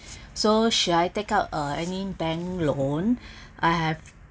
so should I take out uh any bank loan I have